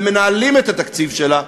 ומנהלים את התקציב שלה,